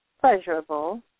pleasurable